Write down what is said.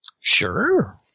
Sure